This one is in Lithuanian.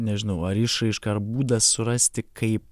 nežinau ar išraiška ar būdas surasti kaip